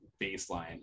baseline